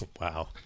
wow